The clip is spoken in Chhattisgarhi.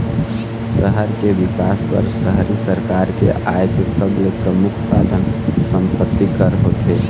सहर के बिकास बर शहरी सरकार के आय के सबले परमुख साधन संपत्ति कर होथे